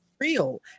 Real